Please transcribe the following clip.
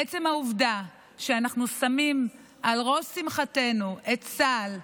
עצם העובדה שאנחנו שמים על ראש שמחתנו את צה"ל,